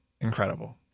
incredible